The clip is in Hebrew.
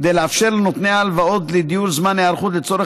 כדי לאפשר לנותני ההלוואות לדיור זמן היערכות לצורך